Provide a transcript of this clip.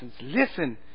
listen